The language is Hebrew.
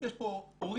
יש פה הורים.